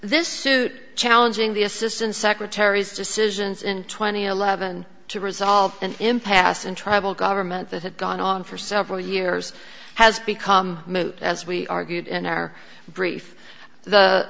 this suit challenging the assistant secretaries decisions in twenty eleven to resolve an impasse in tribal government that had gone on for several years has become moot as we argued in our brief the